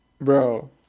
Bro